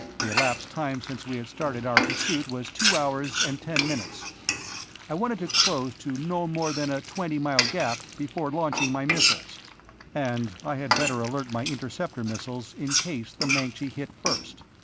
the elapsed time since we had started our pursuit was two hours and ten minutes i wanted to close to no more than a twenty mile gap before launching my missiles and i had better alert my interceptor missiles in case the mancji hit first.